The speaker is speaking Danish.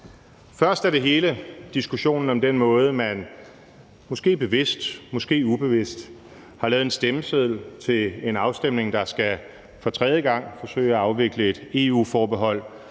Først er der hele diskussionen om den måde, man – måske bevidst, måske ubevidst – har lavet en stemmeseddel til en afstemning, der for tredje gang skal forsøge at afvikle et EU-forbehold,